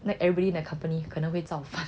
then everybody in accompany 可能会造反